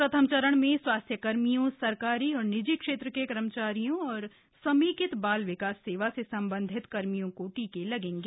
प्रथम चरण में स्वास्थ्यकर्मियों सरकारी और निजी क्षेत्र के कर्मचारियों और समेकित बाल विकास सेवा से संबंधित कर्मियों को टीके लगेंगे